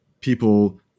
people